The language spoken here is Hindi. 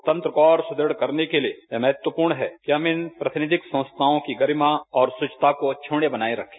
लोकतंत्र को और अधिक सुदृढ़ करने के लिये यह महत्वपूर्ण है कि हम इन प्रतिनिध संस्थाओं की गरिमा और शुविता को बनाये रखे